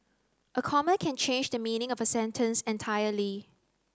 a comma can change the meaning of a sentence entirely